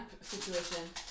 situation